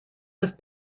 have